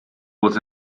was